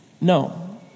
No